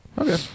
Okay